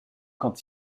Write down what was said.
quand